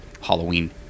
Halloween